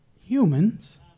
humans